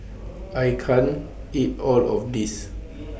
I can't eat All of This